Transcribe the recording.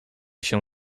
się